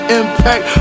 impact